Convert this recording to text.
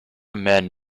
man